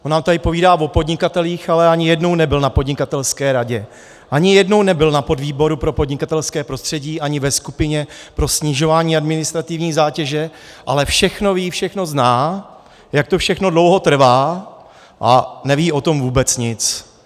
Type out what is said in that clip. On nám povídá o podnikatelích, ale ani jednou nebyl na podnikatelské radě, ani jednou nebyl na podvýboru pro podnikatelské prostředí, ani ve skupině pro snižování administrativní zátěže, ale všechno ví, všechno zná, jak to všechno dlouho trvá, a neví o tom vůbec nic.